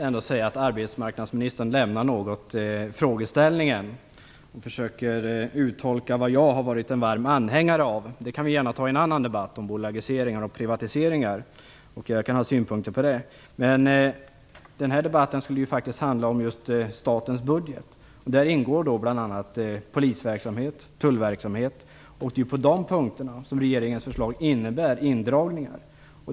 Fru talman! Arbetsmarknadsministern lämnar frågeställningen något. Han försöker uttolka vad jag har varit en varm anhängare av. Det kan vi gärna ta i en annan debatt om bolagiseringar och privatiseringar. Jag kan ha synpunkter på det. Men denna debatt skulle ju faktiskt handla om statens budget. Där ingår bl.a. polisverksamhet och tullverksamhet. Det är på de punkterna som regeringens förslag innebär indragningar.